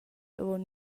avon